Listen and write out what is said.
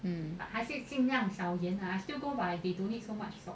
um